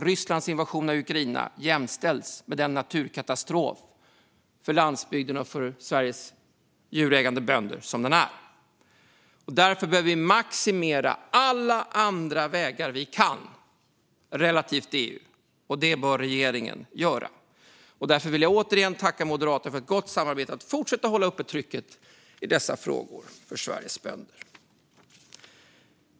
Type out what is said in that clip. Rysslands invasion av Ukraina jämställs med en naturkatastrof för landsbygden och för Sveriges djurägande bönder. Därför behöver vi maximera alla andra vägar vi kan relativt EU, och det bör regeringen göra. Därför vill jag återigen tacka Moderaterna för ett gott samarbete att fortsätta att hålla uppe trycket i dessa frågor för Sveriges bönder.